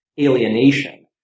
alienation